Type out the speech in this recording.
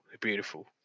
beautiful